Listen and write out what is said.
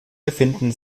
befinden